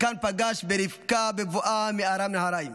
וכאן פגש ברבקה בבואה מארם נהריים".